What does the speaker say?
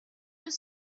was